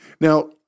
Now